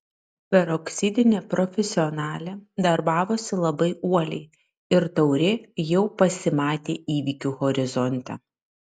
peroksidinė profesionalė darbavosi labai uoliai ir taurė jau pasimatė įvykių horizonte